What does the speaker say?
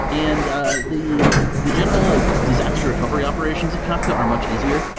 and ah the the general like disaster recovery operations of kafka are much easier,